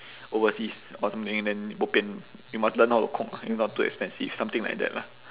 overseas or something then bo pian you must learn how to cook if not too expensive something like that lah